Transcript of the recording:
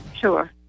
Sure